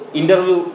interview